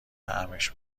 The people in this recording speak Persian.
طعمش